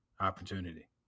opportunity